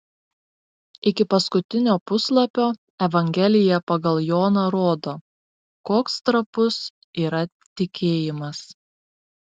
iki paskutinio puslapio evangelija pagal joną rodo koks trapus yra tikėjimas